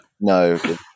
No